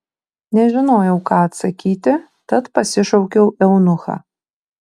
nežinojau ką atsakyti tad pasišaukiau eunuchą